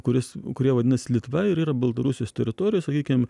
kuris kurie vadinas litva ir yra baltarusijos teritorijos sakykim